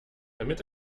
damit